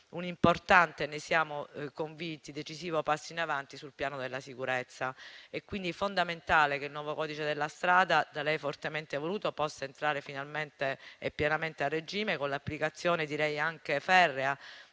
un'importante e - ne siamo convinti - decisivo passo in avanti sul piano della sicurezza. È quindi fondamentale che il nuovo codice della strada, dal Ministro fortemente voluto, possa entrare finalmente e pienamente a regime con l'applicazione anche ferrea